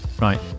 right